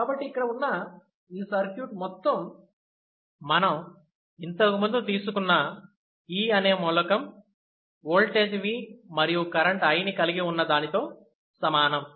కాబట్టి ఇక్కడ ఉన్న ఈ సర్క్యూట్ మొత్తం మనం ఇంతకు ముందు తీసుకున్న E అనే మూలకం ఓల్టేజ్ V మరియు కరెంట్ I ని కలిగి ఉన్న దానితో సమానం